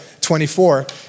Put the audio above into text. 24